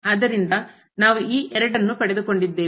ಆದ್ದರಿಂದ ನಾವು ಈ ಎರಡನ್ನು ಪಡೆದುಕೊಂಡಿದ್ದೇವೆ